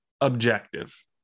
objective